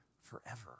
forever